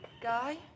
Guy